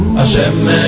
Hashem